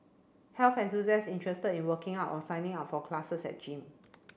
health enthusiasts interested in working out or signing up for classes at gym